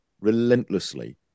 relentlessly